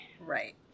Right